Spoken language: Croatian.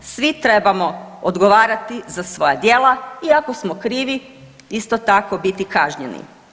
Svi trebamo odgovarati za svoja djela i ako smo krivi, isto tako, biti kažnjeni.